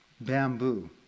bamboo